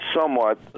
somewhat